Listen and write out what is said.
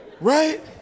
Right